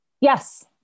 Yes